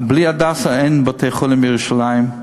בלי "הדסה" אין בתי-חולים בירושלים.